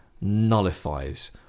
nullifies